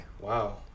Wow